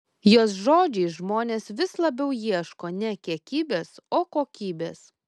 jos žodžiais žmonės vis labiau ieško ne kiekybės o kokybės